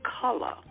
color